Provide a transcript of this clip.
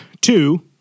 two